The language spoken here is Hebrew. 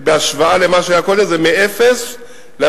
בהשוואה למה שזה היה קודם, זה מאפס ל-10,000.